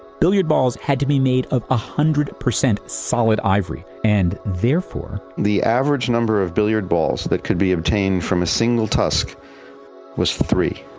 billiard balls had to be made of one hundred percent solid ivory and therefore the average number of billiard balls that could be obtained from a single tusk was three